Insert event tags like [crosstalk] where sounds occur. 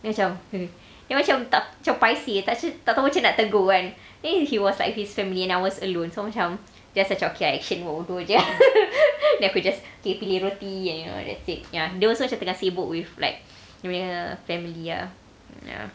macam then macam paiseh tak tahu macam mana nak tegur kan then he was like with his family and I was alone so macam just macam okay I action buat bodoh jer [laughs] then aku just pilih-pilih roti and you know that's it ya dia also macam tengah sibuk with like dia punya family ah ya